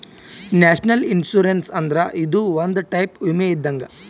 national Insurance ಅಂದ್ರ ಇದು ಒಂದ್ ಟೈಪ್ ವಿಮೆ ಇದ್ದಂಗ್